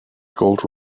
gold